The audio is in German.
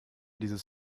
dieses